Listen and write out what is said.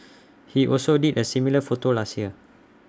he also did A similar photo last year